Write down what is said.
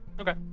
Okay